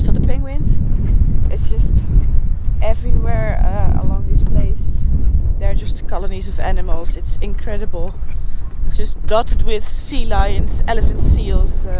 the penguins it's just everywhere along this place there are just colonies of animals it's incredible it's just dotted with sea lions, elephant seals,